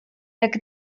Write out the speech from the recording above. jak